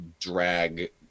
drag